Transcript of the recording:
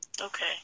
Okay